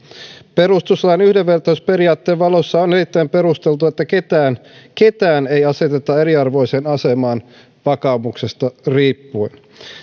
perustuslain yhdenvertaisuusperiaatteen valossa on erittäin perusteltua että ketään ketään ei aseteta eriarvoiseen asemaan vakaumuksesta riippuen